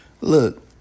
Look